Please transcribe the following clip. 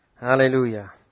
Hallelujah